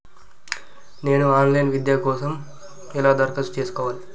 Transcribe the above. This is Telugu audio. నేను ఆన్ లైన్ విద్య కోసం ఎలా దరఖాస్తు చేసుకోవాలి?